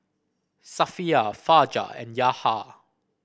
Safiya Fajar and Yahya